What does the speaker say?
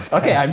ah okay, um